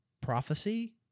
prophecy